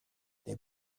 les